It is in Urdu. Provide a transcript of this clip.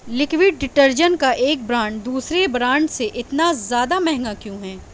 لیکوڈ ڈٹرجنٹ کا ایک برانڈ دوسرے برانڈ سے اتنا زیادہ مہنگا کیوں ہے